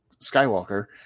Skywalker